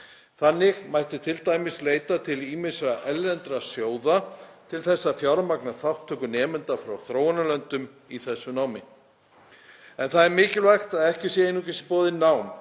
Þannig mætti t.d. leita til ýmissa erlendra sjóða til að fjármagna þátttöku nemenda frá þróunarlöndum í þessu námi. En það er mikilvægt að ekki sé einungis boðið nám